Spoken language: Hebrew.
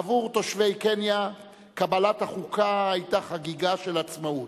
בעבור תושבי קניה קבלת החוקה היתה חגיגה של עצמאות.